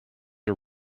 are